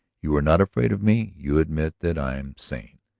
you are not afraid of me you admit that i am sane.